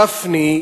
גפני,